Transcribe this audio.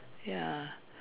ya